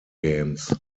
games